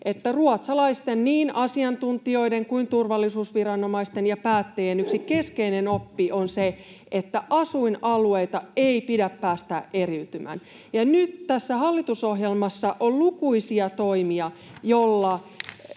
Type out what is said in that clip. että ruotsalaisten asiantuntijoiden sekä turvallisuusviranomaisten ja päättäjien yksi keskeinen oppi on se, että asuinalueita ei pidä päästää eriytymään. Ja nyt tässä hallitusohjelmassa on lukuisia toimia, joilla